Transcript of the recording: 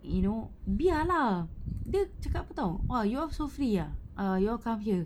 you know biar lah dia cakap apa [tau] !wah! you all so free ah err you all come here